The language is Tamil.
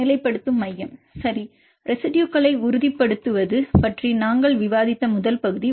மாணவர் நிலைப்படுத்தும் மையம் சரி ரெசிடுயுகளை உறுதிப்படுத்துவது பற்றி நாங்கள் விவாதித்த முதல் பகுதி